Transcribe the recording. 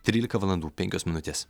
trylika valandų penkios minutės